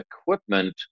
equipment